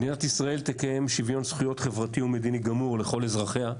מדינת ישראל תקיים שוויון זכויות חברתי ומדיני גמור לכל אזרחיה,